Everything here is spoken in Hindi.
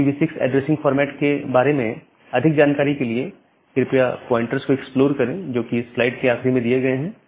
IPv6 ऐड्रेसिंग फॉर्मेट के बारे में अधिक जानकारी के लिए आप कृपया प्वाइंटर्स को एक्सप्लोर करें जो कि इस स्लाइड की आखरी में दिए गए हैं